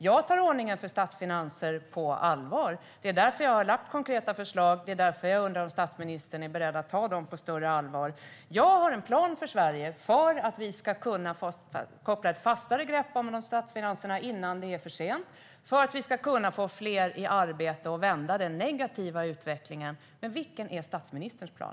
Jag tar ordningen för statsfinanserna på allvar. Det är därför jag har lagt fram konkreta förslag, och det är därför jag undrar om statsministern är beredd att ta dem på större allvar. Jag har en plan för Sverige - för att vi ska kunna koppla ett fastare grepp om statsfinanserna innan det är för sent och för att vi ska kunna få fler i arbete och vända den negativa utvecklingen. Men vilken är statsministerns plan?